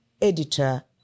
editor